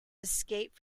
escape